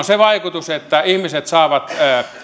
se vaikutus että ihmiset saavat